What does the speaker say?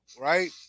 right